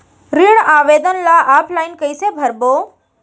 ऋण आवेदन ल ऑफलाइन कइसे भरबो?